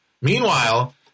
Meanwhile